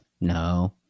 No